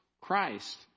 Christ